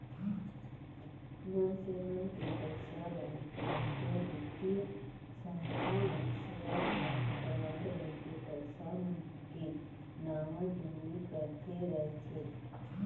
मनसे मन के पइसा ल कतको बित्तीय संस्था मन सेयर या बांड लेके पइसा मन के नवा जुन्नी करते रइथे